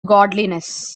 godliness